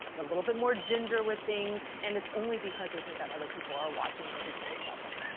a little bit more ginger with things. and it's only because they think that other people are watching and taking notes about them.